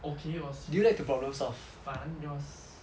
okay it was fun it was